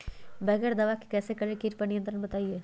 बगैर दवा के कैसे करें कीट पर नियंत्रण बताइए?